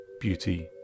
Beauty